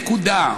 נקודה.